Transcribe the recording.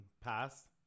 pass